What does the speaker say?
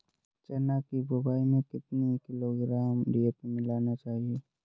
चना की बुवाई में कितनी किलोग्राम डी.ए.पी मिलाना चाहिए?